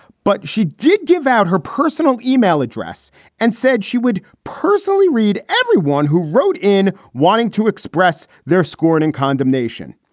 but she did give out her personal email address and said she would personally read everyone who wrote in wanting to express their scorn and condemnation.